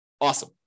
awesome